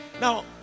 Now